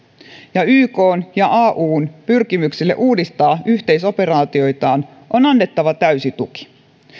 ja ykn ja aun pyrkimyksille uudistaa yhteisoperaatioitaan on annettava täysi tuki